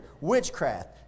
witchcraft